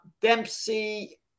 Dempsey